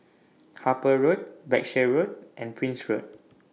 Harper Road Berkshire Road and Prince Road